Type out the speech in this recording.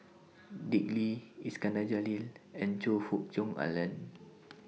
Dick Lee Iskandar Jalil and Choe Fook Cheong Alan